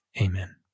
Amen